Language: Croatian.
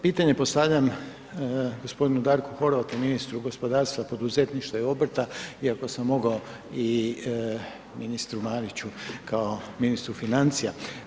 Pitanje postavljam g. Darku Horvatu, ministru gospodarstva, poduzetništva i obrta iako sam mogao i ministru Mariću, kao ministru financija.